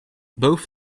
both